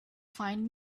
find